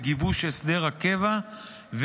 עבודת המטה הזאת לא רק כדי לקבוע את ההוראה כהוראת קבע,